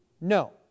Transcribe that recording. No